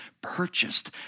purchased